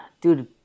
dude